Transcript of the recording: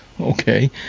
Okay